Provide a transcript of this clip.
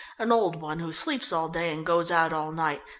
an old one, who sleeps all day and goes out all night.